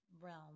realm